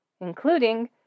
including